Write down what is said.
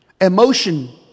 Emotion